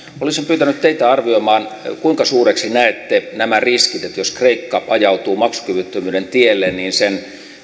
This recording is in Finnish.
olisin pyytänyt teitä arvioimaan kuinka suuriksi näette nämä riskit että jos kreikka ajautuu maksukyvyttömyyden tielle niin sen